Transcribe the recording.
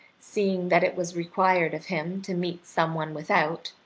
seeing that it was required of him to meet some one without,